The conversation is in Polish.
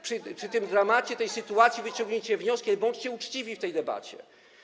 Przy tym dramacie tej sytuacji wyciągnijcie wnioski, bądźcie uczciwi w tej debacie.